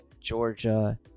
Georgia